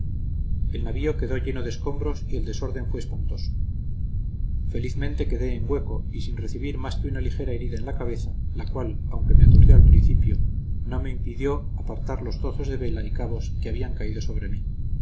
el navío quedó lleno de escombros y el desorden fue espantoso felizmente quedé en hueco y sin recibir más que una ligera herida en la cabeza la cual aunque me aturdió al principio no me impidió apartar los trozos de vela y cabos que habían caído sobre mí